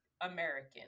american